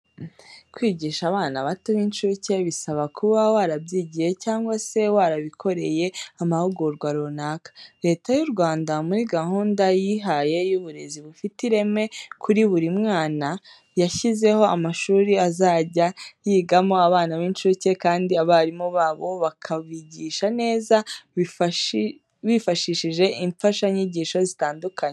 Kwigisha abana bato b'incuke bisaba kuba warabyigiye cyangwa se warabikoreye amahugurwa runaka. Leta y'u Rwanda muri gahunda yihaye y'uburezi bufite ireme kuri buri mwana, yashyizeho amashuri azajya yigamo abana b'incuke kandi abarimu babo bakabigisha neza bifashishije imfashanyigisho zitandukanye.